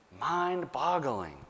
mind-boggling